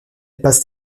passe